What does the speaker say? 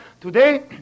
today